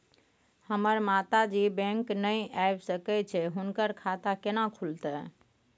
हमर माता जी बैंक नय ऐब सकै छै हुनकर खाता केना खूलतै?